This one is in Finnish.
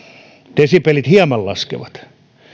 desibelit hieman laskevat